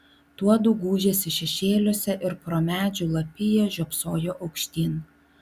tuodu gūžėsi šešėliuose ir pro medžių lapiją žiopsojo aukštyn